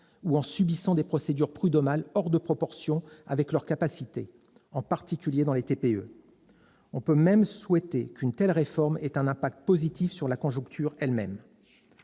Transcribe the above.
confrontées à des procédures prud'homales hors de proportions avec leurs capacités, s'agissant en particulier des TPE. On peut même envisager qu'une telle réforme ait un impact positif sur la conjoncture elle-même